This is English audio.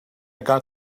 got